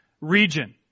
region